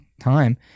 time